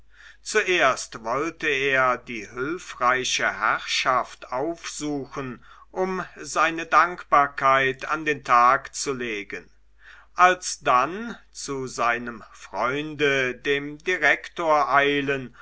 zuerst wollte er die hülfreiche herrschaft aufsuchen um seine dankbarkeit an den tag zu legen alsdann zu seinem freunde dem direktor eilen